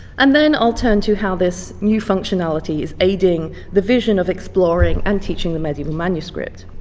and then i'll turn to how this new functionality is aiding the vision of exploring and teaching the medieval manuscript.